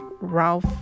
Ralph